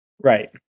right